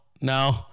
no